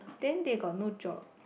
then they got no job